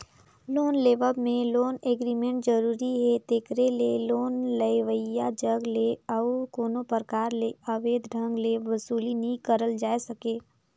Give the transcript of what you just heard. loan लेवब में loan agreement जरूरी हे तेकरे ले लोन लेवइया जग ले अउ कोनो परकार ले अवैध ढंग ले बसूली नी करल जाए सके